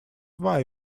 why